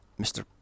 Mr